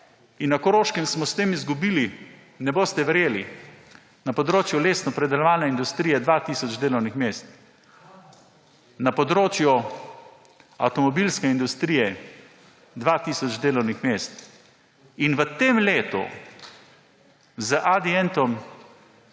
Na Koroškem smo s tem izgubili, ne boste verjeli, na področju lesnopredelovalne industrije dva tisoč delovnih mest, na področju avtomobilske industrije dva tisoč delovnih mest in v tem letu z Adientom